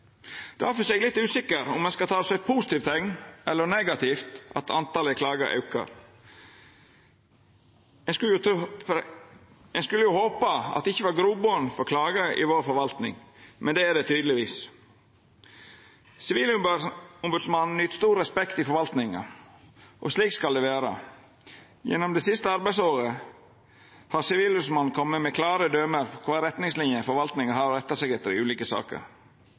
er eg litt usikker på om ein skal ta det som eit positivt eller negativt teikn at talet på klagar aukar. Ein kunne jo håpa at det ikkje var grobotn for klagar i forvaltninga vår, men det er det tydelegvis. Sivilombodsmannen nyt stor respekt i forvaltninga – og slik skal det vera. Gjennom det siste arbeidsåret har Sivilombodsmannen kome med klare døme på retningslinjer forvaltninga har å retta seg etter i ulike saker.